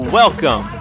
welcome